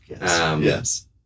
Yes